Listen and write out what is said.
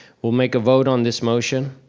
we'll make a vote on this motion,